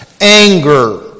anger